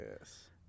Yes